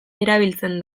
erabiltzen